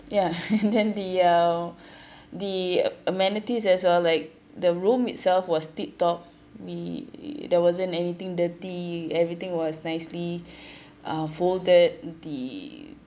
ya then the uh the amenities as well like the room itself was tip top we there wasn't anything dirty everything was nicely uh folded the